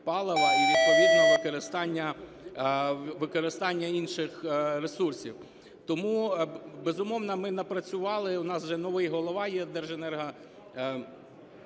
і відповідно використання інших ресурсів. Тому, безумовно, ми напрацювали. У нас вже новий голова є Держенерго,